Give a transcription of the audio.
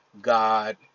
God